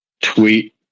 tweet